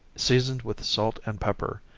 seasoned with salt and pepper,